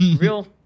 real